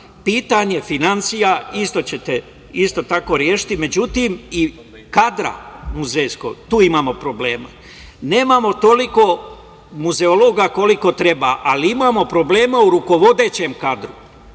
sada. Pitanje finansija, isto će te tako rešiti, međutim kod kadra muzejskog imamo problema. Nemamo toliko muzeologa koliko treba, ali imamo problema u rukovodećem kadru.